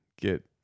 get